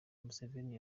museveni